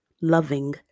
loving